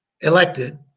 elected